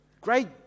great